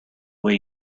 way